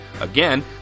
Again